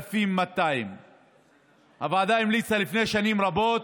3,200. הוועדה המליצה לפני שנים רבות.